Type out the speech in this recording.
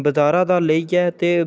बजारा दा लेइयै